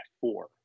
four